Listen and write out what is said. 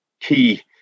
key